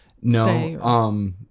No